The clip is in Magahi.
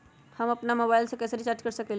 हम अपन मोबाइल कैसे रिचार्ज कर सकेली?